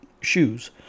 Shoes